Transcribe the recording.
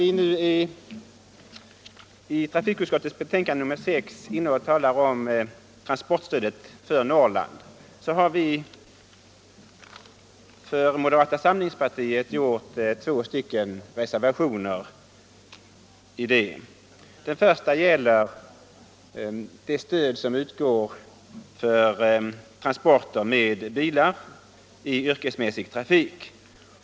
Till trafikutskottets betänkande nr 6 om transportstödet för Norrland har vi från moderata samlingspartiet fogat två reservationer. Den första gäller det stöd som utgår för transporter med bilar i yrkesmässig trafik.